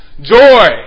joy